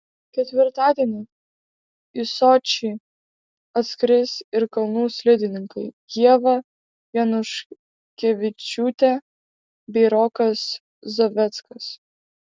ketvirtadienį į sočį atskris ir kalnų slidininkai ieva januškevičiūtė bei rokas zaveckas